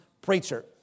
preacher